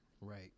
Right